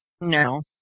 No